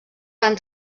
van